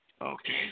Okay